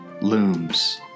looms